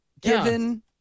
Given